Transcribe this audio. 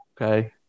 okay